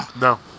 No